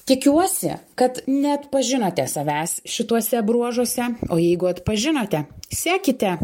tikiuosi kad neatpažinote savęs šituose bruožuose o jeigu atpažinote sekite